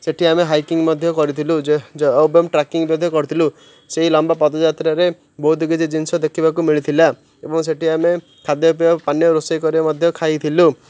ସେଠି ଆମେ ହାଇକିଙ୍ଗ ମଧ୍ୟ କରିଥିଲୁ ଏବଂ ଟ୍ରାକିଙ୍ଗ ମଧ୍ୟ କରିଥିଲୁ ସେଇ ଲମ୍ବା ପଦଯାତ୍ରାରେ ବହୁତ କିଛି ଜିନିଷ ଦେଖିବାକୁ ମିଳିଥିଲା ଏବଂ ସେଠି ଆମେ ଖାଦ୍ୟପେୟ ପାନୀୟ ରୋଷେଇ କରିବା ମଧ୍ୟ ଖାଇଥିଲୁ